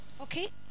Okay